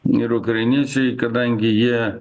ir ukrainiečiai kadangi jie